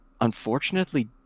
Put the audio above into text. unfortunately